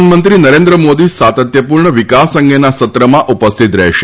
પ્રધાનમંત્રી નરેન્દ્ર મોદી સાતત્યપૂર્ણ વિકાસ અંગેના સત્રમાં ઉપસ્થીત રહેશે